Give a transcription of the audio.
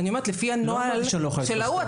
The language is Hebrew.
אני אומרת שלפי הנוהל של ההוא,